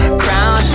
crown